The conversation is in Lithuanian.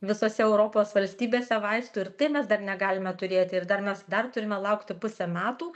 visose europos valstybėse vaistų ir tai mes dar negalime turėti ir dar mes dar turime laukti pusę metų